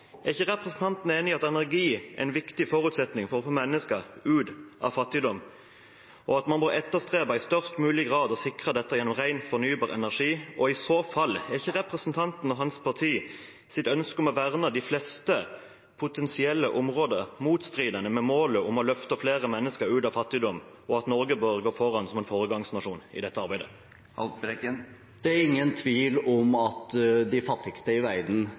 Er ikke representanten enig i at energi er en viktig forutsetning for å få mennesker ut av fattigdom, og at man må etterstrebe i størst mulig grad å sikre dette gjennom ren, fornybar energi? I så fall, er ikke representanten og hans partis ønske om å verne de fleste potensielle områder motstridende med målene om å løfte flere mennesker ut av fattigdom og at Norge bør gå foran som en foregangsnasjon i dette arbeidet? Det er ingen tvil om at de fattigste i verden